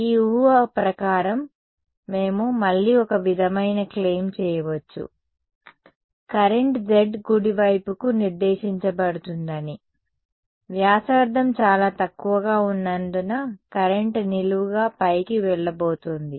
ఈ ఊహ ప్రకారం మేము మళ్లీ ఒక విధమైన క్లెయిమ్ చేయవచ్చు కరెంట్ z కుడివైపుకు నిర్దేశించబడుతుందని వ్యాసార్థం చాలా తక్కువగా ఉన్నందున కరెంట్ నిలువుగా పైకి వెళ్లబోతోంది